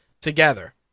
together